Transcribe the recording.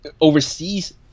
overseas